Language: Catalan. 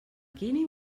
quini